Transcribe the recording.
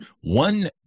One